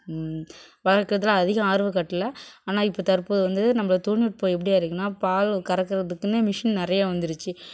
வளர்க்கறதுல அதிக ஆர்வம் காட்டலை ஆனால் இப்போ தற்போது வந்து நம்ம தொழில்நுட்பம் எப்படி ஆகிருக்குன்னா பால் கறக்கிறதுக்குன்னே மிஷின் நிறையா வந்துருச்சு